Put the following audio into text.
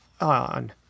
on